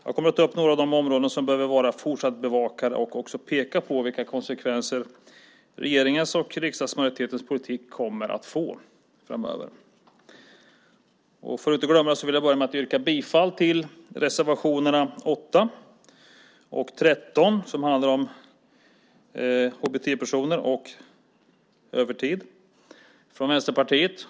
Jag kommer att ta upp några av de områden som fortsatt behöver bevakas och också peka på vilka konsekvenser som regeringens och riksdagsmajoritetens politik kommer att få framöver. För att jag inte ska glömma det börjar jag med att yrka bifall till reservation 8 om HBT-personer och reservation 13 om övertid från Vänsterpartiet.